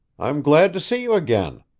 i am glad to see you again,